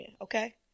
okay